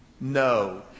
no